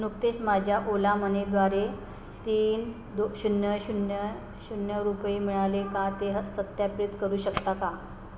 नुकतेच माझ्या ओला मनी द्वारे तीन दो शून्य शून्य शून्य रुपये मिळाले का ते ह सत्यापरीत करू शकता का